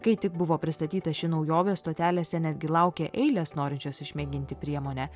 kai tik buvo pristatyta ši naujovė stotelėse netgi laukė eilės norinčios išmėginti priemonę